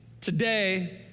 today